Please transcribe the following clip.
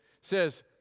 says